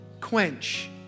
Quench